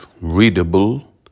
Readable